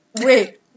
wait